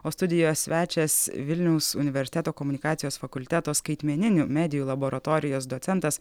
o studijos svečias vilniaus universiteto komunikacijos fakulteto skaitmeninių medijų laboratorijos docentas